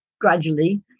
gradually